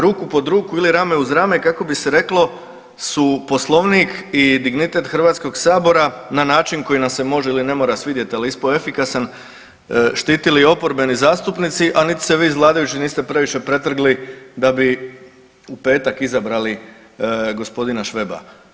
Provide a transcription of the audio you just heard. Ruku pod ruku ili rame uz rame kako bi se reklo su Poslovnik i dignitet Hrvatskog sabora na način koji nam se može ili ne mora svidjeti ali je ispao efikasan štitili oporbeni zastupnici, a niti se vi iz vladajućih niste previše pretrgli da bi u petak izabrali gospodina Šveba.